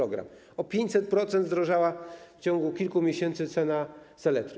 O 500% zdrożała w ciągu kilku miesięcy cena saletry.